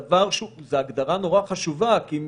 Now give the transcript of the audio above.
זו הגדרה נורא חשובה, כי אם